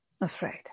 afraid